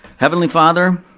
heavenly father,